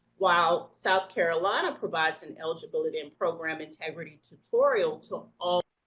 while south carolina provides an eligibility and program integrity tutorial to all,